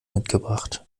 mitgebracht